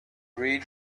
read